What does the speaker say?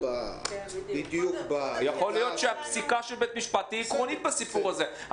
יכול להיות שהפסיקה של בית המשפט תהיה עקרונית בסיפור הזה.